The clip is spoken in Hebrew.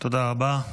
תודה רבה.